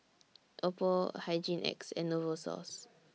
Oppo Hygin X and Novosource